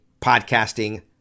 podcasting